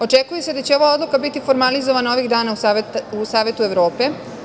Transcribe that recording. Očekuje se da će ova odluka biti formalizovana ovih dana u Savetu Evrope.